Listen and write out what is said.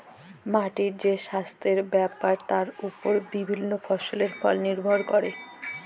মাটির যে সাস্থের ব্যাপার তার ওপর বিভিল্য ফসলের ফল লির্ভর ক্যরে